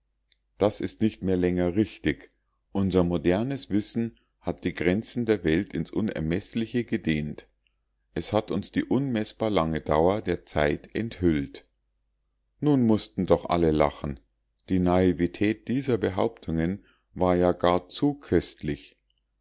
das ist nicht mehr länger richtig unser modernes wissen hat die grenzen der welt ins unermeßliche gedehnt es hat uns die unmeßbar lange dauer der zeit enthüllt nun mußten doch alle lachen die naivität dieser behauptungen war ja gar zu köstlich